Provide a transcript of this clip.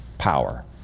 Power